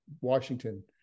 Washington